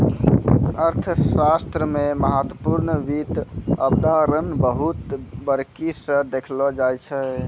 अर्थशास्त्र मे महत्वपूर्ण वित्त अवधारणा बहुत बारीकी स देखलो जाय छै